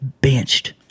benched